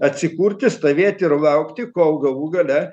atsikurti stovėti ir laukti kol galų gale